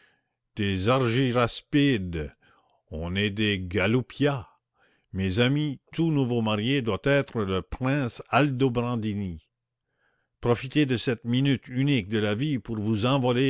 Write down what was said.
des argyraspides on est des galoupiats mes amis tout nouveau marié doit être le prince aldobrandini profitez de cette minute unique de la vie pour vous envoler